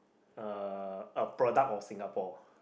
a a product of Singapore